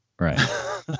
right